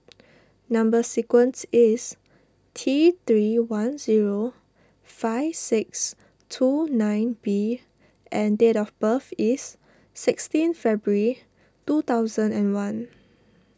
Number Sequence is T three one zero five six two nine B and date of birth is sixteen February two thousand and one